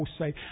say